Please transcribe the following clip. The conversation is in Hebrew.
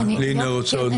לינא רוצה עוד להוסיף.